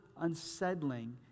unsettling